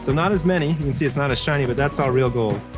so not as many. you can see it's not as shiny but that's all real gold.